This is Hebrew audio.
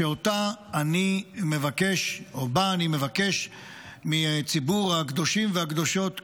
שאני מבקש או בה אני מבקש מציבור הקדושים והקדושות כאן,